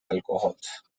alcohols